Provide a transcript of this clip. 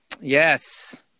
Yes